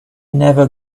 never